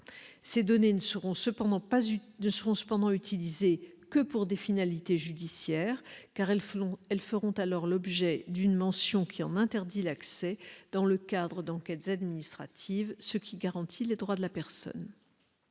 Ces données ne seront cependant utilisées que pour des finalités judiciaires, car elles feront alors l'objet d'une mention qui en interdit l'accès, dans le cadre d'enquêtes administratives, ce qui garantit les droits de la personne.